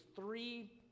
three